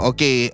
Okay